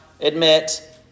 admit